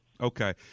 okay